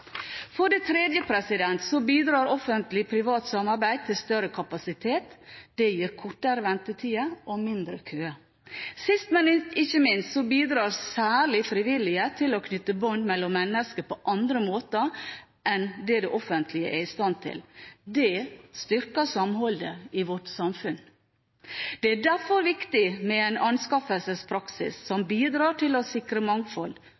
For det tredje bidrar Offentlig Privat Samarbeid til større kapasitet. Det gir kortere ventetider og mindre kø. Sist, men ikke minst, bidrar særlig frivillige til å knytte bånd mellom mennesker på andre måter enn det det offentlige er i stand til. Det styrker samholdet i vårt samfunn. Det er derfor viktig med en anskaffelsespraksis som bidrar til å sikre mangfold,